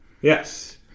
Yes